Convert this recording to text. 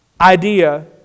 idea